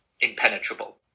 impenetrable